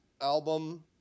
album